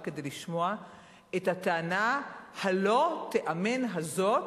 רק כדי לשמוע את הטענה הלא-תיאמן הזאת.